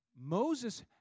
Moses